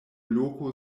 loko